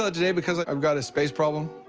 ah today because i've got a space problem.